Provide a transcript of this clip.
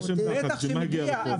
אבל